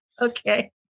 Okay